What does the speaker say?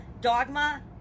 dogma